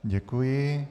Děkuji.